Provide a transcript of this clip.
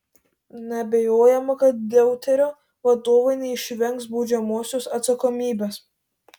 neabejojama kad deuterio vadovai neišvengs baudžiamosios atsakomybės